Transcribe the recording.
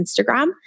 Instagram